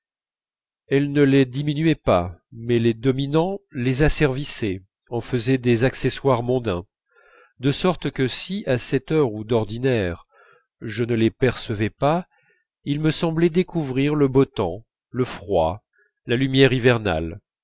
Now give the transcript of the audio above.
elle ne les diminuait pas mais les dominant les asservissait en faisait des accessoires mondains de sorte que si à cette heure où d'ordinaire je ne les percevais pas il me semblait découvrir le beau temps le froid la lumière hivernale